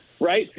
right